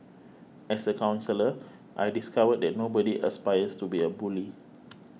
as a counsellor I discovered that nobody aspires to be a bully